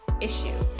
issue